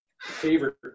favorite